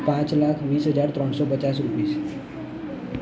પાંચ લાખ વીસ હજાર ત્રણસો પચાસ રૂપિસ